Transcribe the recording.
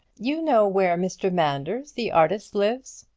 you know where mr. manders, the artist, lives?